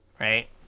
Right